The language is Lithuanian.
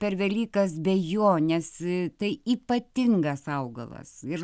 per velykas be jo nesi tai ypatingas augalas ir